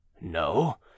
No